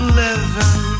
living